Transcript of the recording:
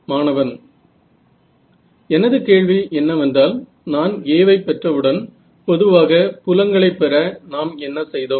மாணவன் எனது கேள்வி என்னவென்றால் நான் A ஐ பெற்றவுடன் பொதுவாக புலங்களை பெற நாம் என்ன செய்தோம்